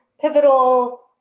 pivotal